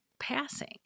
passing